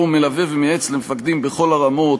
שאני ראיתי מבפנים בימים